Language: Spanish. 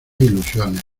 ilusiones